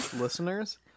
listeners